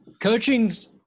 Coaching's